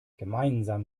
gemeinsam